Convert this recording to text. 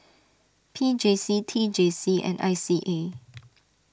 P J C T J C and I C A